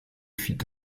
fit